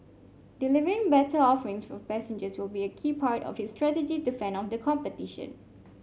delivering better offerings for passengers will be a key part of its strategy to fend off the competition